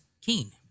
Keen